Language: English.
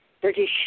British